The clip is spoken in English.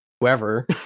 whoever